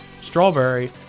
strawberry